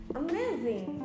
amazing